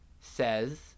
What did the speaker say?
says